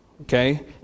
Okay